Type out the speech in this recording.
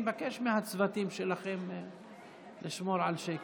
אינו נוכח מיכאל מרדכי ביטון, אינו נוכח